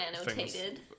annotated